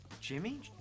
Jimmy